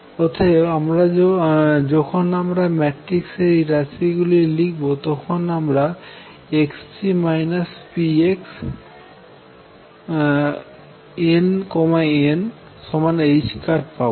অতএব যখন আমরা ম্যাট্রিক্স এর এই রাশিগুলি লিখব তখন আমরা nn iℏ পাবো